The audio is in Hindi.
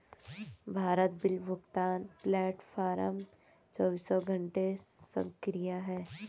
भारत बिल भुगतान प्लेटफॉर्म चौबीसों घंटे सक्रिय है